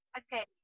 okay